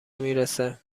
میرسه